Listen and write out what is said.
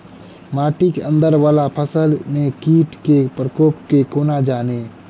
माटि केँ अंदर वला फसल मे कीट केँ प्रकोप केँ कोना जानि?